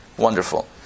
Wonderful